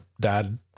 dad